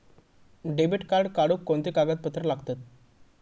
Debit card काढुक कोणते कागदपत्र लागतत?